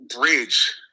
bridge